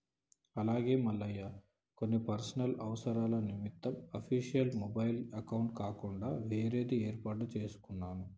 అలాగే మల్లయ్య కొన్ని పర్సనల్ అవసరాల నిమిత్తం అఫీషియల్ మొబైల్ అకౌంట్ కాకుండా వేరేది ఏర్పాటు చేసుకున్నాను